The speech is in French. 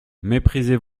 méprisez